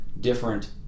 different